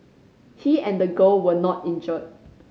he and the girl were not injured